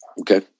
Okay